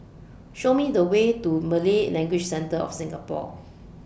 Show Me The Way to Malay Language Centre of Singapore